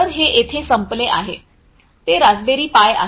तर हे येथे संपले आहे ते रास्पबेरी पाई आहे